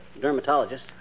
dermatologist